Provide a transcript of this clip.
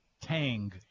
tang